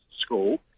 School